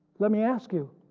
let me ask you